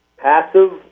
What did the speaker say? passive